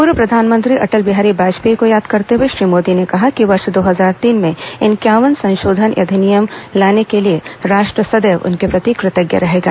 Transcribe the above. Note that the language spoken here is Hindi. पूर्व प्रधानमंत्री अटल बिहारी वाजपेयी को याद करते हुए श्री मोदी ने कहा कि वर्ष दो हजार तीन में इंक्यानवां संशोधन अधिनियम लाने के लिए राष्ट्र सदैव उनके प्रति कृतज्ञ रहेगा